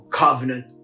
covenant